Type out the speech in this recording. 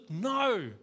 No